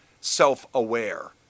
self-aware